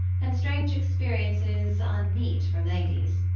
and strange experiences unmeet for ladies.